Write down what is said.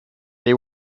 they